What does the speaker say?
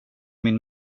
min